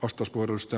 kiitos